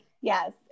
Yes